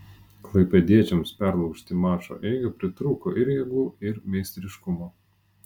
klaipėdiečiams perlaužti mačo eigą pritrūko ir jėgų ir meistriškumo